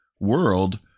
world